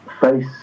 face